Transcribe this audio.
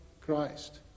Christ